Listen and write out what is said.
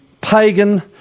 pagan